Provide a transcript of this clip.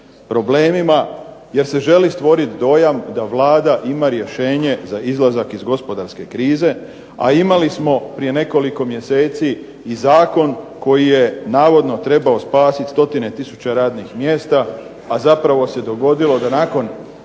problemima, jer se želi stvoriti dojam da Vlada ima rješenje za izlazak iz gospodarske krize. A imali smo prije nekoliko mjeseci i zakon koji je navodno trebao spasiti stotine tisuća radnih mjesta, a zapravo se dogodilo da nakon